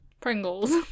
Pringles